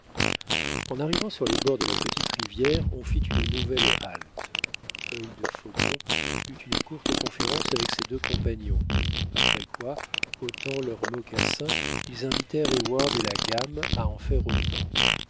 en arrivant sur les bords de la petite rivière on fit une nouvelle halte œil de faucon eut une courte conférence avec ses deux compagnons après quoi ôtant leurs mocassins ils invitèrent heyward et la gamme à en faire autant